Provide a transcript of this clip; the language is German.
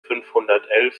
fünfhundertelf